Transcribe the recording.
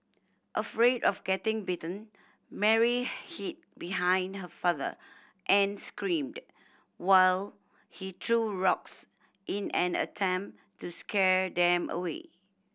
afraid of getting bitten Mary hid behind her father and screamed while he threw rocks in an attempt to scare them away